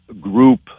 group